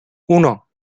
uno